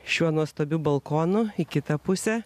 šiuo nuostabiu balkonu į kitą pusę